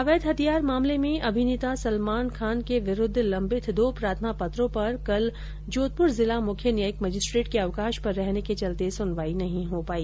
अवैध हथियार मामले में अभिनेता सलमान खान के विरुद्व लंबित दो प्रार्थना पत्रों पर कल जोधपुर जिला मुख्य न्यायिक मजिस्ट्रेट के अवकाश पर रहने के चलते सुनवाई नही हो पाई